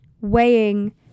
weighing